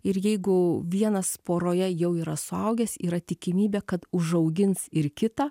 ir jeigu vienas poroje jau yra suaugęs yra tikimybė kad užaugins ir kitą